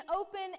open